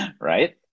Right